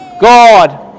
God